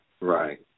Right